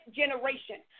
generation